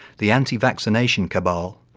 the anti-vaccination cabal,